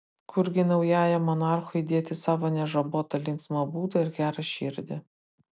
kurgi naujajam monarchui dėti savo nežabotą linksmą būdą ir gerą širdį